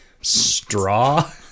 straw